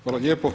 Hvala lijepo.